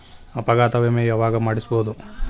ಅಪಘಾತ ವಿಮೆ ಯಾವಗ ಮಾಡಿಸ್ಬೊದು?